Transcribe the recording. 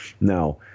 Now